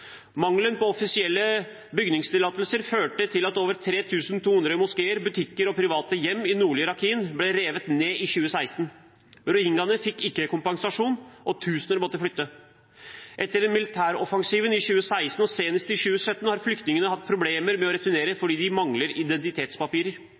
Mangelen på offisielle bygningstillatelser førte til at over 3 200 moskeer, butikker og private hjem i nordlige Rakhine ble revet ned i 2016. Rohingyaene fikk ikke kompensasjon, og tusener måtte flytte. Etter militæroffensiver i 2016 og senest i 2017 har flyktningene hatt problemer med å returnere